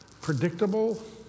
predictable